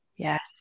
Yes